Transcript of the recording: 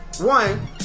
One